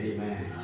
Amen